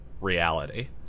reality